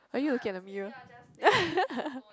are you looking at the mirror